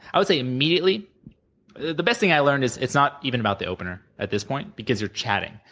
i would say immediately the best thing i learned is it's not even about the opener, at this point, because you're chatting,